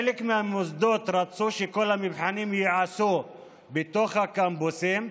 חלק מהמוסדות רצו שכל המבחנים ייעשו בתוך הקמפוסים.